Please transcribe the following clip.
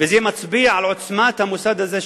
וזה מצביע על עוצמת המוסד הזה,